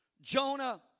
Jonah